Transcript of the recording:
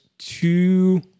two